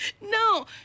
no